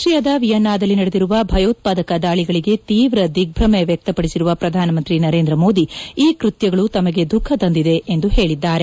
ಆಸ್ಟ್ರೀಯಾದ ವಿಯೆನ್ನಾದಲ್ಲಿ ನಡೆದಿರುವ ಭಯೋತ್ಪಾದಕ ದಾಳಿಗಳಿಗೆ ತೀವ್ರ ದಿಗ್ಬ ಮೆ ವ್ಯಕ್ತಪಡಿಸಿರುವ ಪ್ರಧಾನಮಂತ್ರಿ ನರೇಂದ್ರ ಮೋದಿ ಈ ಕೃತ್ಯಗಳು ತಮಗೆ ದುಃಖ ತಂದಿದೆ ಎಂದು ಹೇಳಿದ್ದಾರೆ